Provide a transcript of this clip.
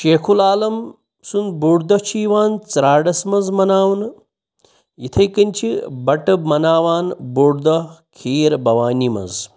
شیخ العالم سُنٛد بوٚڑ دۄہ چھِ یِوان ژرٛارَس منٛز مَناونہٕ یِتھَے کٔنۍ چھِ بَٹہٕ مَناوان بوٚڑ دۄہ کھیٖر بھَوانی منٛز